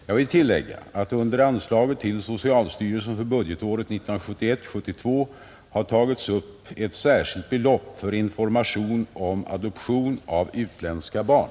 Jag vill tillägga att under anslaget till socialstyrelsen för budgetåret 1971/72 har tagits upp ett särskilt belopp för information om adoption av utländska barn,